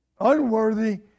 Unworthy